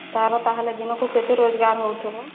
ତା'ର ତା'ହେଲେ ଦିନକୁ କେତେ ରୋଜଗାର ହେଉଥିବ